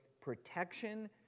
protection